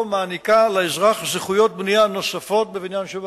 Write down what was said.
מעניקה לאזרח זכויות בנייה נוספות בבניין שבבעלותו,